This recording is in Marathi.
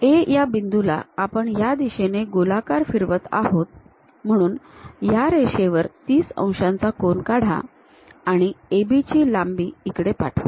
A या बिंदुला आपण या दिशेने गोलाकार फिरवत आहोत म्हणून या रेषेवर ३० अंशाचा कोन काढा आणि AB ची लांबी इकडे पाठवा